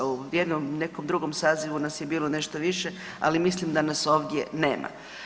U nekom drugom sazivu nas je bilo nešto više, ali mislim da nas ovdje nema.